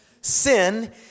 Sin